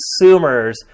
consumers